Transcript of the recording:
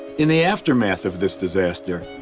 in the aftermath of this disaster,